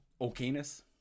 okayness